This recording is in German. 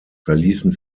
verließen